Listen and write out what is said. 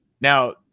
Now